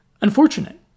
unfortunate